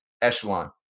Echelon